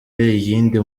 iyindi